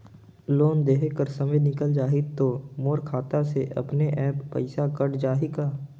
Loan देहे कर समय निकल जाही तो मोर खाता से अपने एप्प पइसा कट जाही का?